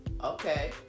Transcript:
Okay